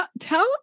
tell